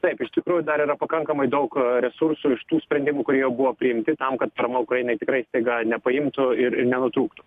taip iš tikrųjų dar yra pakankamai daug resursų iš tų sprendimų kurie jau buvo priimti tam kad parama ukrainai tikrai staiga nepaimtų ir ir nenutrūktų